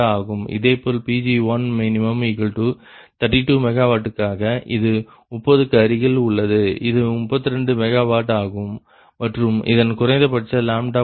இதேபோல Pg1min32 MW க்காக இது 30 க்கு அருகில் உள்ளது அது 32 MW ஆகும் மற்றும் இதன் குறைந்தபட்ச மதிப்பு 46